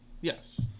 Yes